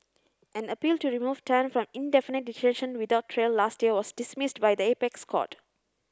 an appeal to remove Tan from indefinite detention without trial last year was dismissed by the apex court